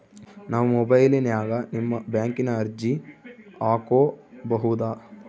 ನಾವು ಮೊಬೈಲಿನ್ಯಾಗ ನಿಮ್ಮ ಬ್ಯಾಂಕಿನ ಅರ್ಜಿ ಹಾಕೊಬಹುದಾ?